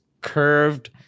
curved